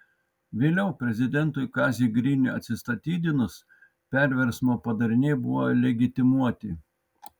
vėliau prezidentui kaziui griniui atsistatydinus perversmo padariniai buvo legitimuoti